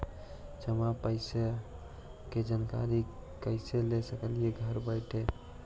जमा पैसे के जानकारी कैसे ले सकली हे घर बैठे?